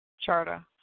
Charter